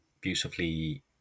beautifully